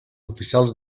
oficials